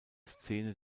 szene